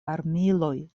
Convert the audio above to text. armiloj